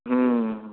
હમ